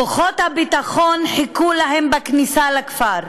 כוחות הביטחון חיכו להם בכניסה לכפר,